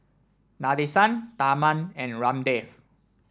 Nadesan Tharman and Ramdev